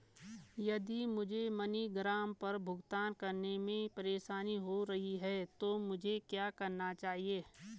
यदि मुझे मनीग्राम पर भुगतान करने में परेशानी हो रही है तो मुझे क्या करना चाहिए?